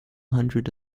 hundred